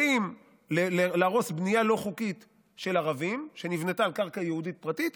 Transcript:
באים להרוס בנייה לא חוקית של ערבים שנבנתה על קרקע יהודית פרטית,